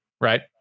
Right